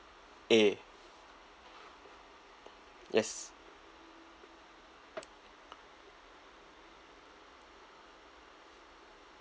a yes